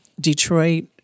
Detroit